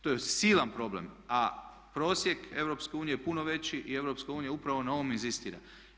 To je silan problem, a prosjek EU je puno veći i EU upravo na ovom inzistira.